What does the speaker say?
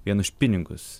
vien už pinigus